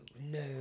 no